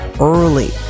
early